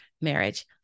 marriage